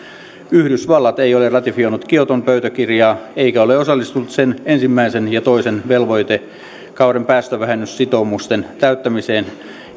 yhdysvallat ei ole ratifioinut kioton pöytäkirjaa eikä ole osallistunut sen ensimmäisen ja toisen velvoitekauden päästövähennyssitoumusten täyttämiseen